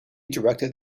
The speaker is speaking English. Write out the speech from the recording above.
directed